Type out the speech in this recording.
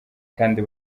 kandi